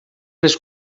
les